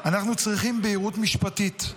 אנחנו צריכים בהירות משפטית.